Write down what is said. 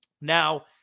Now